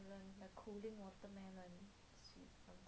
oh